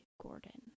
Gordon